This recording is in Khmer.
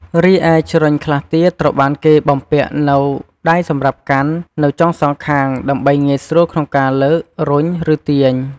រីឯ ជ្រញ់ខ្លះទៀតត្រូវបានគេបំពាក់នូវ ដៃសម្រាប់កាន់ នៅចុងសងខាង ដើម្បីងាយស្រួលក្នុងការលើក រុញ ឬទាញ។